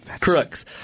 crooks